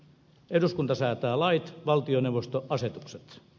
eduskunta säätää lait valtioneuvosto asetukset